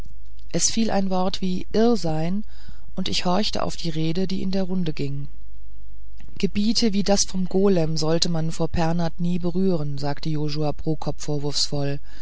es fiel ein wort wie irr sein und ich horchte auf die rede die in der runde ging gebiete wie das vom golem sollte man vor pernath nie berühren sagte josua prokop vorwurfsvoll